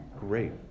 Great